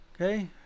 okay